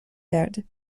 کرده